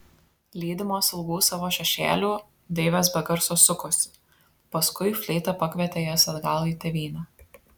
lydimos ilgų savo šešėlių deivės be garso sukosi paskui fleita pakvietė jas atgal į tėvynę